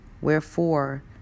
Wherefore